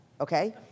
okay